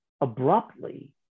abruptly